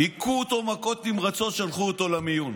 הכו אותו מכות נמרצות, שלחו אותו למיון.